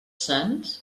sants